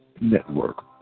Network